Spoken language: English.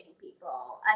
people